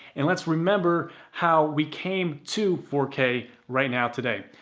and let's remember how we came to four k right now today.